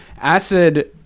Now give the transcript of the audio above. acid